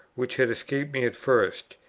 which had escaped me at first.